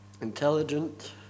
intelligent